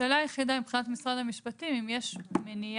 השאלה היחידה, מבחינת משרד המשפטים אם יש מניעה